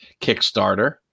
Kickstarter